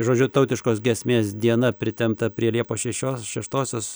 žodžiu tautiškos giesmės diena pritempta prie lieposšešios šeštosios